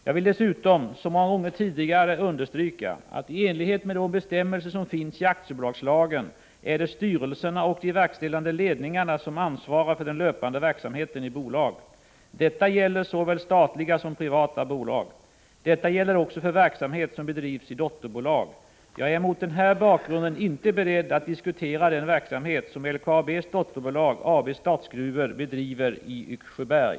Jag vill dessutom, som så många gånger tidigare, understryka att i enlighet med de bestämmelser som finns i aktiebolagslagen är det styrelserna och de verkställande ledningarna som ansvarar för den löpande verksamheten i bolag. Det gäller såväl statliga som privatägda bolag. Detta gäller också för verksamhet som bedrivs i dotterbolag. Jag är mot den bakgrunden inte beredd att diskutera den verksamhet som LKAB:s dotterbolag AB Statsgruvor bedriver i Yxsjöberg.